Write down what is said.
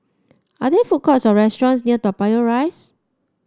are there food courts or restaurants near Toa Payoh Rise